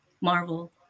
Marvel